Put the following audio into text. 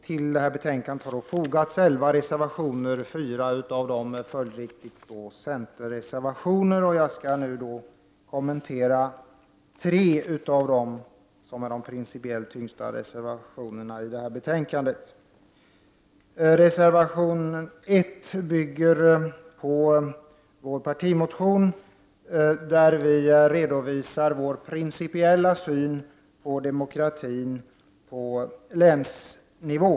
Till betänkandet har det fogats elva reservationer, och fyra av dessa är centerreservationer. Jag skall kommentera de tre principiellt viktigaste av dessa reservationer. Reservation 1 bygger på vår partimotion, i vilken vi redovisar vår principiella syn på demokrati på länsnivå.